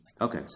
Okay